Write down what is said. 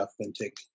authentic